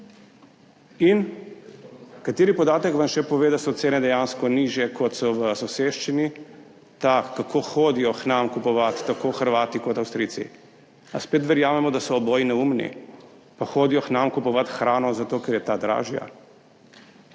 In kateri podatek vam še pove, da so cene dejansko nižje, kot so v soseščini? Ta, kako hodijo k nam kupovat tako Hrvati kot Avstrijci. Ali spet verjamemo, da so oboji neumni, pa hodijo k nam kupovat hrano zato, ker je ta dražja?